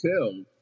tell